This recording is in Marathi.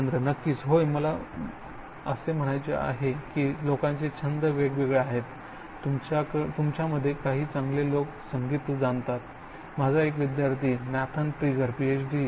सुरेंद्र नक्कीच होय मला असे म्हणायचे आहे की लोकांचे छंद वेगवेगळे आहेत तुमच्यामध्ये काही चांगले लोक संगीत जाणतात माझा एक विद्यार्थी नॅथन ट्रिगर पीएच